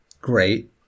Great